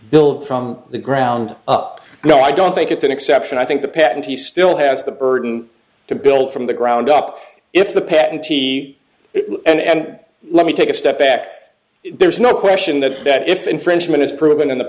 build from the ground up no i don't think it's an exception i think the patentee still has the burden to build from the ground up if the patentee and let me take a step back there's no question that that if infringement is proven in the